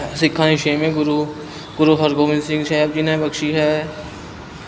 ਸਿੱਖਾਂ ਦੇ ਛੇਵੇਂ ਗੁਰੂ ਗੁਰੂ ਹਰਗੋਬਿੰਦ ਸਿੰਘ ਸਾਹਿਬ ਜੀ ਨੇ ਬਖਸ਼ੀ ਹੈ